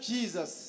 Jesus